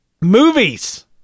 Movies